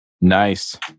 Nice